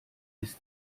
ist